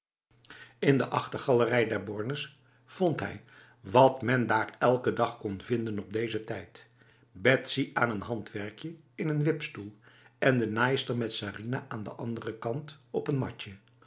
in de achtergalerij der bornes vond hij wat men daar elke dag kon vinden op deze tijd betsy aan een handwerkje in een wipstoel en de naaister met sarinah aan de andere kant op een matje